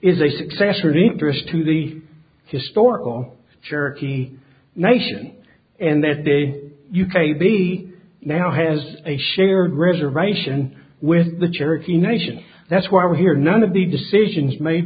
is a successor interest to the historical cherokee nation and this day you k b now has a shared reservation with the cherokee nation that's why we're here none of the decisions made